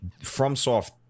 FromSoft